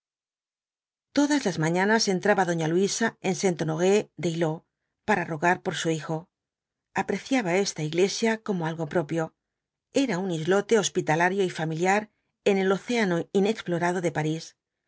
todas las mañanas entraba doña luisa en sainthonorée d'eylau para rogar por su hijo apreciaba esta iglesia como algo propio era un islote hospitalario y v ai avsoo ibáñjí familiar en el océano inexplorado de parís